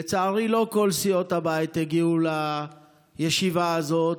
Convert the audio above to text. לצערי, לא כל סיעות הבית הגיעו לישיבה הזאת.